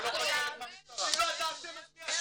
--- מי אשם?